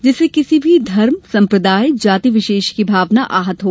जिससे किसी भी धर्म संप्रदाय जाति विशेष की भावना आहत हो